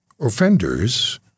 offenders